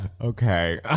Okay